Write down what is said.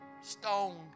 stone